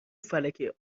فلکه